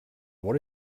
what